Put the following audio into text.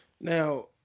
Now